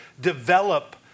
develop